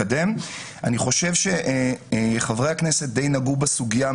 אני חושב שחברי הכנסת די נגעו בסוגיה.